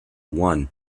won